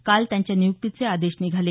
काल त्यांच्या नियुक्तीचे आदेश निघाले